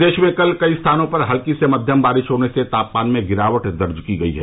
प्रदेश में कल कई स्थानों पर हल्की से मध्यम बारिश होने से तापमान में गिरावट दर्ज की गई है